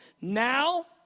Now